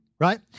Right